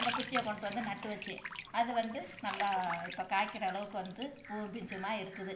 அந்தக் குச்சியை கொண்டுட்டு வந்து நட்டு வச்சு அது வந்து நல்லா இப்போ காய்க்கிற அளவுக்கு வந்து பூவும் பிஞ்சுமாக இருக்குது